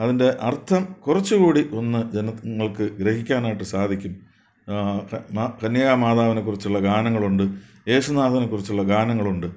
അതിൻ്റെ അർത്ഥം കുറച്ചുകൂടി ഒന്ന് ജനങ്ങൾക്ക് ഗ്രഹിക്കാനായിട്ട് സാധിക്കും കന്യക മാതാവിനെ കുറിച്ചുള്ള ഗാനങ്ങളുണ്ട് യേശു നാഥനെക്കുറിച്ചുള്ള ഗാനങ്ങളുണ്ട്